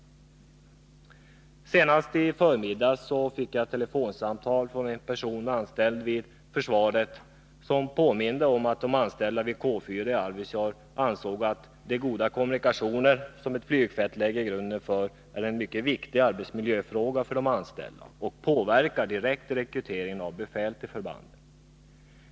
Senast på förmiddagen i dag fick jag ett telefonsamtal från en person anställd vid försvaret, som påminde om att de anställda vid K 4 i Arvidsjaur ansåg att de goda kommunikationer som ett flygfält lägger grunden för är en mycket viktig arbetsmiljöfråga för de anställda och direkt påverkar rekryteringen av befäl till förbandet.